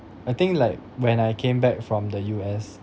I think like when I came back from the U_S